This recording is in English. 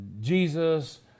Jesus